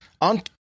on